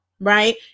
right